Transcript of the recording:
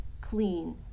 clean